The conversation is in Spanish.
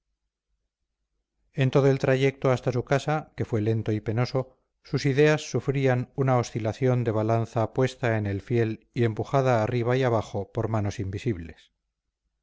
todo el trayecto hasta su casa que fue lento y penoso sus ideas sufrían una oscilación de balanza puesta en el fiel y empujada arriba y abajo por manos invisibles